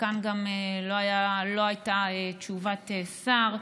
ולחלקן גם לא הייתה תשובת שר.